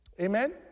Amen